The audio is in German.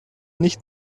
nicht